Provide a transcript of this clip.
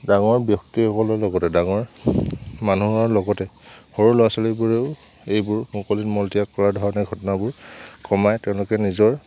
ডাঙৰ ব্যক্তিসকলৰ লগতে ডাঙৰ মানুহৰ লগতে সৰু ল'ৰা ছোৱালীবোৰেও এইবোৰ মুকলিত মলত্য়াগ কৰাৰ ধৰণে ঘটনাবোৰ কমাই তেওঁলোকে নিজৰ